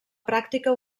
pràctica